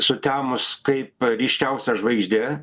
sutemus kaip ryškiausia žvaigždė